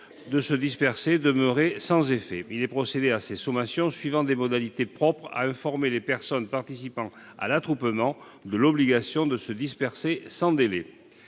de se disperser demeurées sans effet. Il est procédé à ces sommations suivant des modalités propres à informer les personnes participant à l'attroupement de l'obligation de se disperser sans délai.